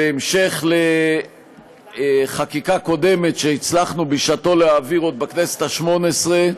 בהמשך לחקיקה קודמת שהצלחנו בשעתו להעביר עוד בכנסת השמונה-עשרה,